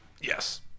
Yes